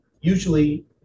usually